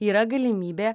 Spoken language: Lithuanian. yra galimybė